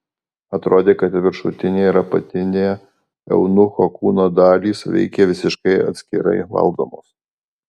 atrodė kad viršutinė ir apatinė eunucho kūno dalys veikė visiškai atskirai valdomos